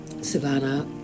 Savannah